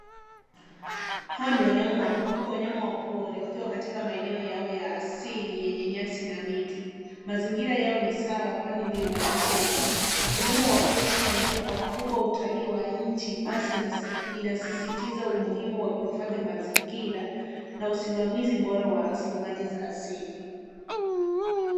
Hawa ni wanyama wa pori wakiwa katika maeneo yao ya asili yenye nyasi na miti. Mazingira yao ni sawa, kwani ndio malisho yao. Wanyama wa pori huchangia pakubwa utalii wa nchi basi inasisitiza umuhimu wa kuhifadhi mazingira na usimamizi bora wa rasilimali za asili.